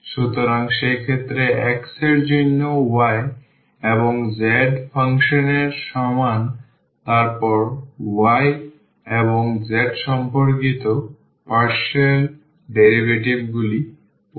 সুতরাং এক্ষেত্রে x এর জন্য y এবং z ফাংশনের সমান তারপর y এবং z সম্পর্কিত পার্শিয়াল ডেরিভেটিভগুলি উপস্থিত হবে